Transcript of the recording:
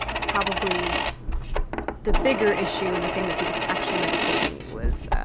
probably the bigger issue and the thing that he was actually medicating was